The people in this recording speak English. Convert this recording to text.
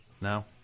No